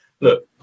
look